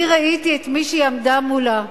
אני ראיתי את מי שהיא עמדה מולה.